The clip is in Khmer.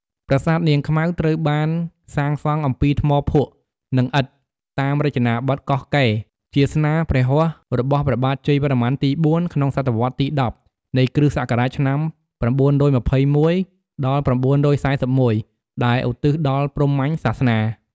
ប្រាសាទនាងខ្មៅត្រូវបានសាងសង់អំពីថ្មភក់ និងឥដ្ឋ តាមរចនាបទកោះកេ ជាស្នាព្រះហស្តរបស់ព្រះបាទជ័យវរ្ម័នទី ៤ ក្នុងសតវត្សរ៍ទី ១០ នៃគ្រិស្តសករាជ ឆ្នាំ ៩២១ ដល់ ៩៤១ ដែលឧទ្ទិសដល់ព្រហ្មញសាសនា ។